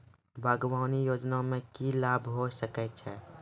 बागवानी योजना मे की लाभ होय सके छै?